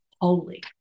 holy